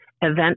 event